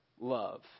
love